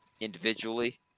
individually